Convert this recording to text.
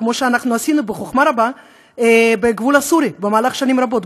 כמו שאנחנו עשינו בחכמה רבה בגבול הסורי שנים רבות,